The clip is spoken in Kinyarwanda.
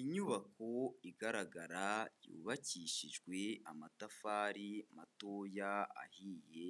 Inyubako igaragara yubakishijwe amatafari matoya ahiye,